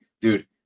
dude